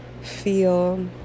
feel